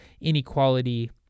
inequality